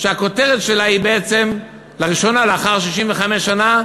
שהכותרת שלה היא: בעצם לראשונה, לאחר 65 שנה,